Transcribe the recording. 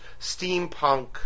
steampunk